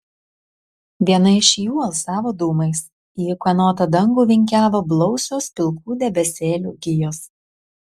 viena iš jų alsavo dūmais į ūkanotą dangų vingiavo blausios pilkų debesėlių gijos